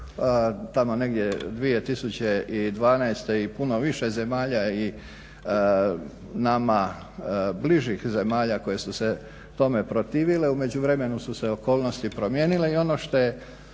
tamo negdje 2012. i puno više zemalja i nama bližih zemalja koje su se tome protivile, u međuvremenu su se okolnosti promijenile i ono što je